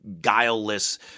guileless